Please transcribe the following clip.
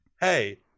hey